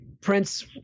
Prince